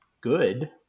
good